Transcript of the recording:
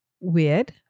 weird